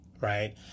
right